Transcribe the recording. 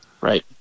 Right